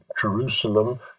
Jerusalem